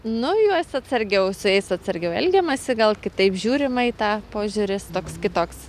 nu juos atsargiau su jais atsargiau elgiamasi gal kitaip žiūrima į tą požiūris toks kitoks